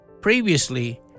Previously